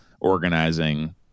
organizing